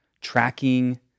tracking